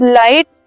light